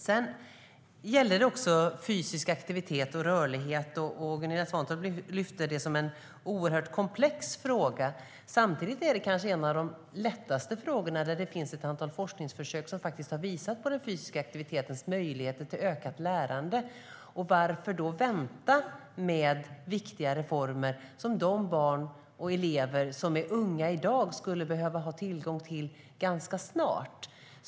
Gunilla Svantorp lyfte fram fysisk aktivitet och rörlighet som en oerhört komplex fråga. Samtidigt är det kanske en av de lättaste frågorna, då det finns ett antal forskningsförsök som faktiskt har visat på att fysisk aktivitet ger möjlighet till ökat lärande. Varför då vänta med viktiga reformer som de barn och elever som är unga i dag skulle behöva ha tillgång till ganska snart?